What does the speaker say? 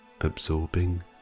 absorbing